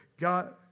God